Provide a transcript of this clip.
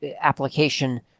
application